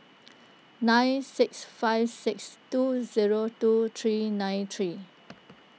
nine six five six two zero two three nine three